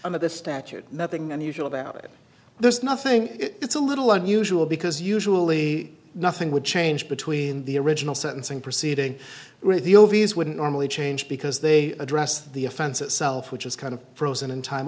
this statute nothing unusual about it there's nothing it's a little unusual because usually nothing would change between the original sentencing proceeding with the ovies wouldn't normally change because they address the offense itself which is kind of frozen in time